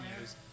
use